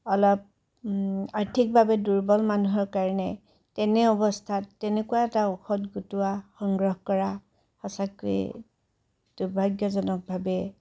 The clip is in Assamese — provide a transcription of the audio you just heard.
অলপ আৰ্থিকভাৱে দুৰ্বল মানুহৰ কাৰণে তেনে অৱস্থাত তেনেকুৱা এটা ঔষধ গোটোৱা সংগ্ৰহ কৰা সঁচাকৈয়ে দুৰ্ভাগ্যজনক ভাৱে